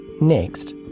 Next